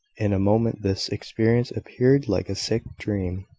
in a moment this experience appeared like a sick dream,